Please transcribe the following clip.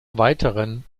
weiteren